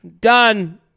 done